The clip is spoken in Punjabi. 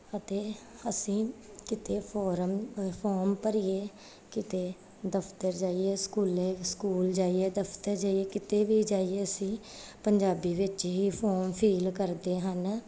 ਅਤੇ ਅਸੀਂ ਕਿਤੇ ਫੋਰਮ ਫੋਮ ਭਰੀਏ ਕਿਤੇ ਦਫ਼ਤਰ ਜਾਈਏ ਸਕੂਲੇ ਸਕੂਲ ਜਾਈਏ ਦਫ਼ਤਰ ਜਾਈਏ ਕਿਤੇ ਵੀ ਜਾਈਏ ਅਸੀਂ ਪੰਜਾਬੀ ਵਿੱਚ ਹੀ ਫੋਮ ਫੀਲ ਕਰਦੇ ਹਨ